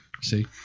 See